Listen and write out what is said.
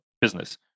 business